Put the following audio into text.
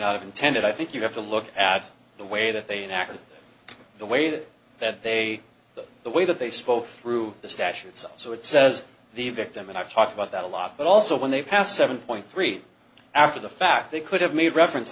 have intended i think you have to look at the way that they act the way that that they the way that they spoke through the statutes so it says the victim and i talked about that a lot but also when they passed seven point three after the fact they could have made a reference